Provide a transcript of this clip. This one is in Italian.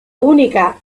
unica